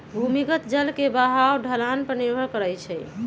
भूमिगत जल के बहाव ढलान पर निर्भर करई छई